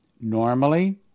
Normally